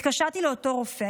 התקשרתי לאותו רופא.